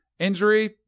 injury